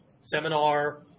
seminar